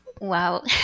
Wow